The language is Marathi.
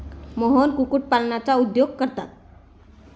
मोहन कुक्कुटपालनाचा उद्योग करतात